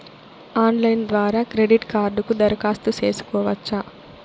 Online ద్వారా credit కార్డుకు దరఖాస్తు సేసుకోవచ్చా?